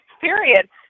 Period